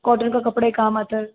cotton का कपड़ा ही काम आता है